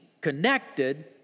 connected